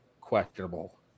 questionable